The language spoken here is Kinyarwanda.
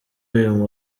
uyu